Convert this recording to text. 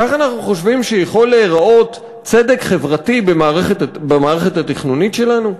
כך אנחנו חושבים שיכול להיראות צדק חברתי במערכת התכנונית שלנו?